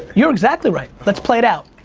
you're exactly right. let's play it out.